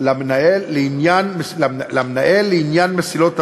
למנהל לעניין מסילות הברזל,